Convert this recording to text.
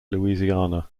louisiana